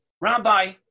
Rabbi